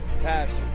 Passion